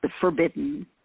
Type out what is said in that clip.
forbidden